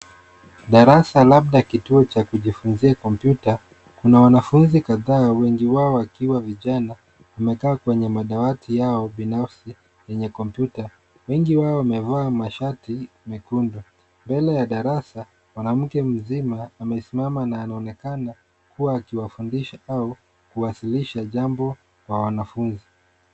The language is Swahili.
Darasa labda kituo cha kujifunzia kompyuta. Kuna wanafunzi kadhaa wengi wao wakiwa vijana, wamekaa kwenye madawati yao binafsi yenye kompyuta. Wengi wao wamevaa mashati mekundu. Mbele ya darasa mwanamke mzima amesimama na anaonekana kuwa akiwafundisha au kuwasilisha jambo kwa wanafunzi.